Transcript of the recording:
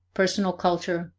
personal culture,